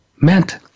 meant